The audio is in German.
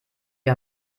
dir